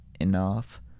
enough